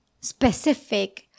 specific